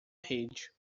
rede